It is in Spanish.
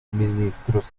ministros